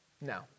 No